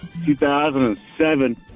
2007